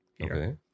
Okay